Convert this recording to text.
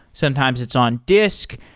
sometimes it's on disk.